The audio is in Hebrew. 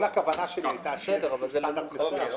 כל הכוונה שלי הייתה שיהיה איזשהו סטנדרט מסוים.